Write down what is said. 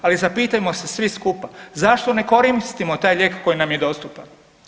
Ali zapitajmo se svi skupa zašto ne koristimo taj lijek koji nam je dostupan.